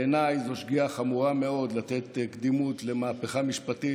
בעיניי זו שגיאה חמורה מאוד לתת למהפכה משפטית